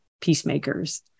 peacemakers